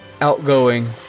outgoing